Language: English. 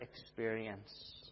experience